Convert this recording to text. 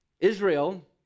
Israel